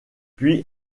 puis